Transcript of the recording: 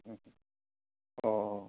उम अ